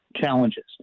challenges